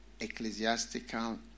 ecclesiastical